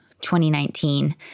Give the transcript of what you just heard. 2019